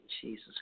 Jesus